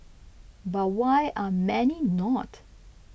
but why are many not